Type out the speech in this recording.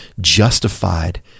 justified